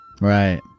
Right